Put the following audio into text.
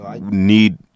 need